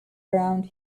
around